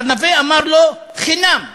ארוונה אמר לו: חינם,